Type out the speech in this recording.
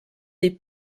les